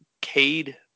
Cade